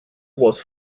was